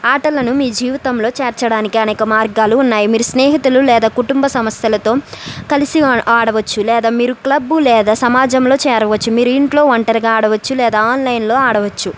ఆటలను మీ జీవితంలో చేర్చడానికి అనేక మార్గాలు ఉన్నాయి మీరు స్నేహితులు లేదా కుటుంబ సమస్యలతో కలిసి ఆడవచ్చు లేదా మీరు క్లబ్బు లేదా సమాజంలో చేరవచ్చు మీరు ఇంట్లో ఒంటరిగా ఆడవచ్చు లేదా ఆన్లైన్లో ఆడవచ్చు